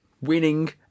winning